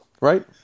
Right